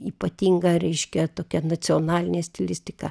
ypatinga reiškia tokia nacionalinė stilistika